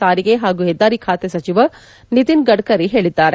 ಸಾರಿಗೆ ಹಾಗೂ ಹೆದ್ದಾರಿ ಖಾತೆ ಸಚಿವ ನಿತಿನ್ ಗಡ್ಡರಿ ಹೇಳಿದ್ದಾರೆ